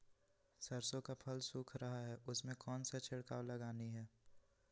सरसो का फल सुख रहा है उसमें कौन सा छिड़काव लगानी है?